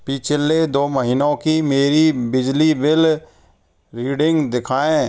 पिछले दो महीनों की मेरी बिजली बिल रीडिंग दिखाएँ